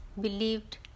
believed